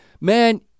Man